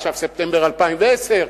עכשיו ספטמבר 2010,